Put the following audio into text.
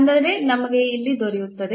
ಅಂದರೆ ನಮಗೆ ಇಲ್ಲಿ ದೊರೆಯುತ್ತದೆ